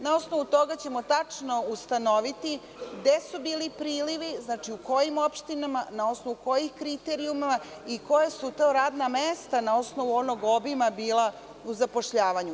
Na osnovu toga ćemo tačno ustanoviti gde su bili prilivi, u kojim opštinama, na osnovu kojih kriterijuma i koja su to radna mesta na osnovu onog obima bila u zapošljavanju.